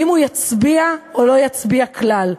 האם הוא יצביע או לא יצביע כלל?